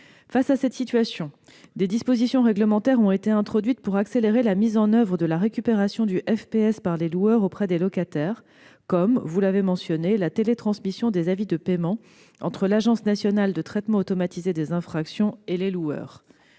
Face à cette situation, des dispositions réglementaires ont été introduites pour accélérer la mise en oeuvre de la récupération du FPS par les loueurs auprès des locataires, comme- vous l'avez mentionné -la télétransmission des avis de paiement entre l'Agence nationale de traitement automatisé des infractions et les loueurs.